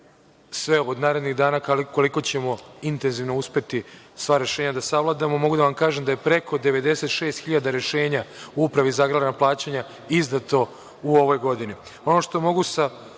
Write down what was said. sve od narednih dana, kao i koliko ćemo intenzivno uspeti sva rešenja da savladamo. Mogu da vam kažem da je preko 96.000 rešenja u Upravi za agrarna plaćanja izdato u ovoj godini.